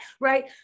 Right